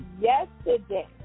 yesterday